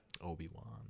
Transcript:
Obi-Wan